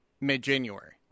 mid-january